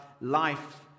life